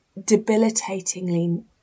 debilitatingly